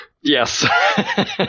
Yes